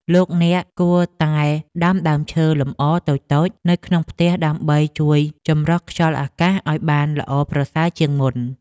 លោកអ្នកគួរតែដាំដើមឈើលម្អតូចៗនៅក្នុងផ្ទះដើម្បីជួយចម្រោះខ្យល់អាកាសឱ្យបានល្អប្រសើរជាងមុន។